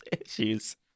issues